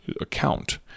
account